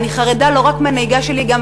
אני חרדה לא רק מהנהיגה שלי אלא גם